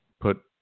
put